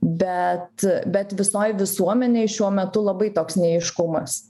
bet bet visoj visuomenėj šiuo metu labai toks neaiškumas